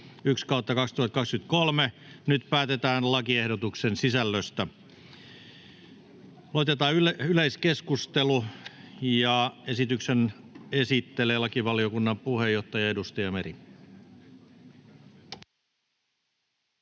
1/2023 vp. Nyt päätetään lakiehdotuksen sisällöstä. — Aloitetaan yleiskeskustelu. Esityksen esittelee lakivaliokunnan puheenjohtaja, edustaja Meri.